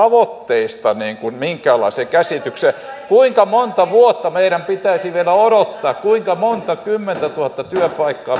päivä edes tavoitteista minkäänlaiseen käsitykseen kuinka monta vuotta meidän pitäisi vielä odottaa kuinka monta kymmentä tuhatta työpaikkaa meidän vielä pitää menettää